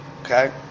okay